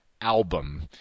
album